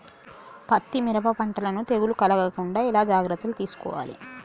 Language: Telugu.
పత్తి మిరప పంటలను తెగులు కలగకుండా ఎలా జాగ్రత్తలు తీసుకోవాలి?